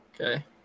Okay